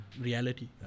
reality